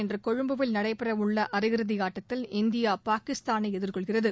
இன்று கொழும்பில் நடைபெறவுள்ள அரையிறுதி ஆட்டத்தில் இந்தியா பாகிஸ்தானை எதிர்கொள்கிறது